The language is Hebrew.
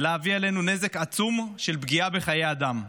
להביא עלינו נזק עצום של פגיעה בחיי אדם.